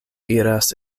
iras